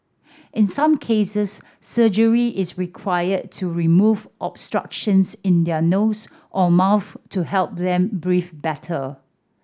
in some cases surgery is required to remove obstructions in their nose or mouth to help them breathe better